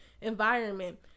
environment